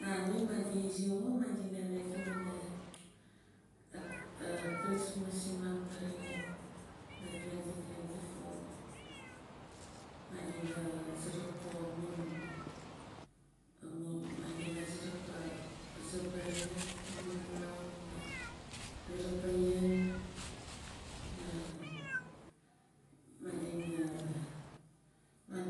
Nare madi izi xo madina ready wana a a christmas simam kare xo la twenty twenty four madina suruk ko amum amun madina suruk aze baare amun xulau dina suruk ayen ma madina wan